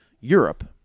Europe